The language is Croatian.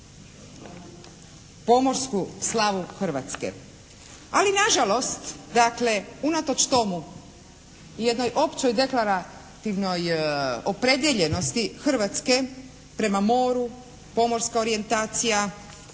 pomorsku slavu Hrvatske. Ali na žalost dakle, unatoč tomu, jednoj općoj deklarativnoj opredijeljenosti Hrvatske prema moru, pomorska orijentacija